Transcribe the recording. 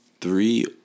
three